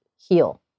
heal